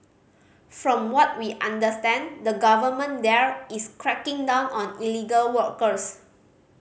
from what we understand the government there is cracking down on illegal workers